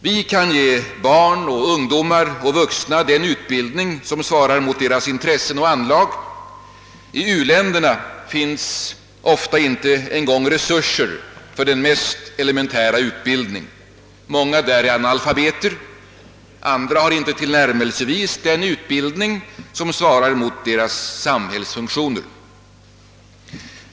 Vi kan ge barn och ungdomar och vuxna den utbildning som svarar mot deras intressen och anlag; i u-länderna finns ofta inte ens resurser för den mest elementära utbildning. Många där är analfabeter, andra har inte tillnärmelsevis den utbildning som svarar mot deras samhällsfunktioner.